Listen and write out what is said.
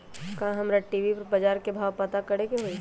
का हमरा टी.वी पर बजार के भाव पता करे के होई?